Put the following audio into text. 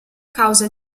causa